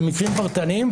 במקרים פרטניים,